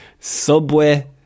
Subway